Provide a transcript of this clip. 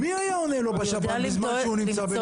מי היה עונה לו בשב"ן בזמן שהוא נמצא בניתוח?